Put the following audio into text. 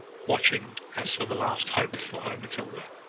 watching, as for the last hope for her matilda.